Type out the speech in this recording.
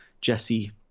Jesse